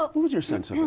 what was your sense? um